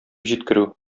җиткерү